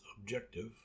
objective